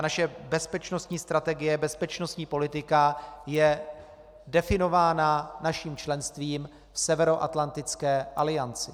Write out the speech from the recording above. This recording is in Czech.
Naše bezpečnostní strategie, bezpečnostní politika je definována naším členstvím v Severoatlantické alianci.